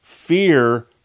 Fear